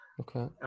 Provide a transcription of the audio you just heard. Okay